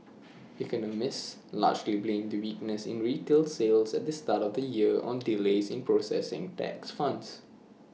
economists largely blame the weakness in retail sales at the start of the year on delays in processing tax funds